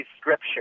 scripture